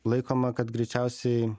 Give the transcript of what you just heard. laikoma kad greičiausiai